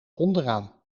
onderaan